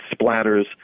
splatters